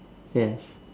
yes